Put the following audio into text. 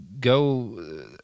go